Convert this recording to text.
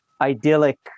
idyllic